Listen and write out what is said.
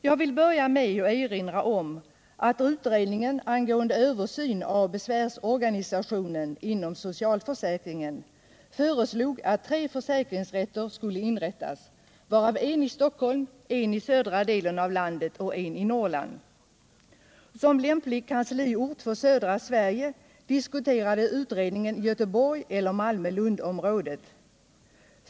Jag vill börja med att erinra om att utredningen angående översyn av besvärsorganisationen inom socialförsäkringen föreslog att tre försäkringsrätter skulle inrättas, varav en i Stockholm, en i södra delen av landet och en i Norrland. Som lämplig kansliort för södra Sverige diskuterade utredningen Göteborg eller Malmö-Lundområdet.